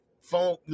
phone